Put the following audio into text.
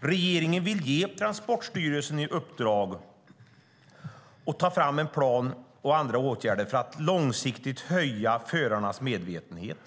Regeringen vill ge Transportstyrelsen i uppdrag att ta fram en plan och åtgärder för att långsiktigt öka förarnas medvetenhet om riskerna.